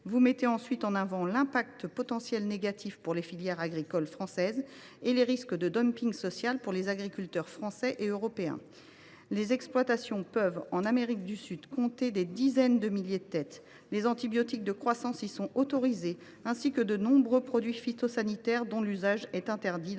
Vous mettez ensuite en avant ses effets potentiellement négatifs pour les filières agricoles françaises et les risques de dumping social pour les agriculteurs français et européens. En Amérique du Sud, les exploitations peuvent compter des dizaines de milliers de têtes. Les antibiotiques de croissance y sont autorisés, ainsi que de nombreux produits phytosanitaires dont l’usage est interdit au sein